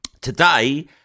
today